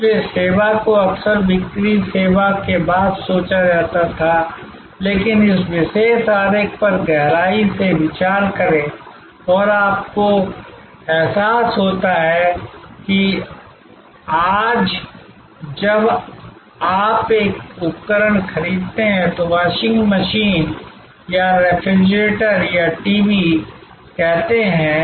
इसलिए सेवा को अक्सर बिक्री सेवा के बाद सोचा जाता था लेकिन इस विशेष आरेख पर गहराई से विचार करें और आपको एहसास होता है कि आज जब आप एक उपकरण खरीदते हैं तो वॉशिंग मशीन या रेफ्रिजरेटर या टीवी कहते हैं